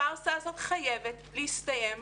הפרסה הזאת חייבת להסתיים,